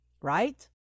right